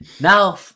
Now